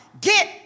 Get